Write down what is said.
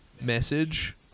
message